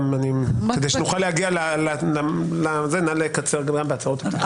כדי שנוכל להגיע לדיון, נא לקצר גם בהצהרות פתיחה.